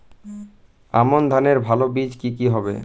আমান ধানের ভালো বীজ কি কি হবে?